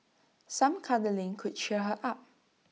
some cuddling could cheer her up